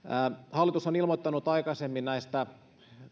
hallitus on ilmoittanut aikaisemmin näistä